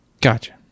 Gotcha